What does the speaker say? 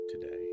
today